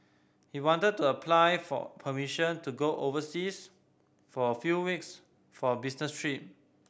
he wanted to apply for permission to go overseas for a few weeks for a business trip